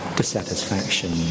dissatisfaction